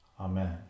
Amen